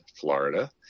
Florida